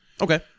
Okay